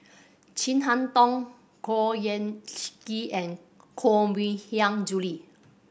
Chin Harn Tong Khor Ean Ghee and Koh Mui Hiang Julie